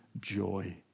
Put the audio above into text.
joy